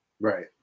Right